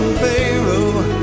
pharaoh